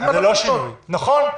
נכון,